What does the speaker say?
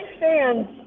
fans